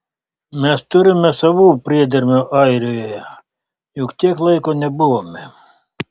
mes turime savų priedermių airijoje juk tiek laiko nebuvome